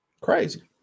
Crazy